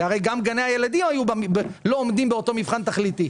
כי הרי גם גני הילדים לא היו עומדים באותו מבחן תכליתי,